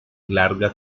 larga